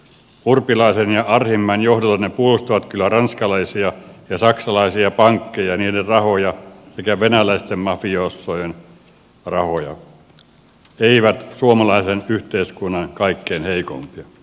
urpilaisen ja arhinmäen johdolla ne puolustavat kyllä ranskalaisia ja saksalaisia pankkeja niiden rahoja sekä venäläisten mafiosojen rahoja eivät suomalaisen yhteiskunnan kaikkein heikon